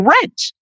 rent